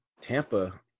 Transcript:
Tampa –